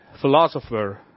philosopher